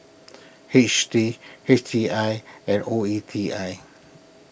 H T H T I and O E T I